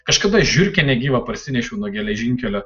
kažkada žiurkę negyvą parsinešiau nuo geležinkelio